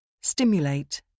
Stimulate